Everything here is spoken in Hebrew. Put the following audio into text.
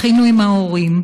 בכינו עם ההורים,